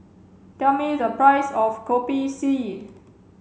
tell me the price of Kopi C